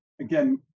again